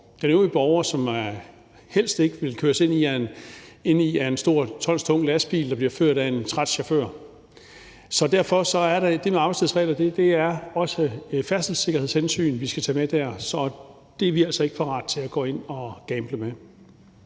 – den øvrige borger, som helst ikke vil køres ind i af en stor, tonstung lastbil, der bliver ført af en træt chauffør. Derfor er der i det med arbejdstidsregler også et færdselssikkerhedshensyn, vi skal tage med dér, og det er vi altså ikke parate til at gå ind og gamble med.